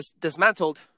dismantled